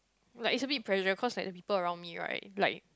like it's a bit pressure cause like the people around me right like